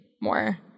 more